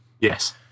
Yes